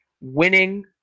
winning